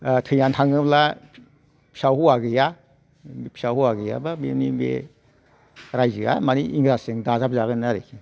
ओह थैनानै थाङोबा फिसा हौवा गैया फिसा हौवा गैया बा बेनि बे राज्योया मानि इंराजजों दाजाबजागोन आरोखि